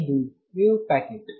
ಇದು wave packet